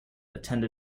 attend